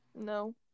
No